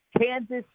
Kansas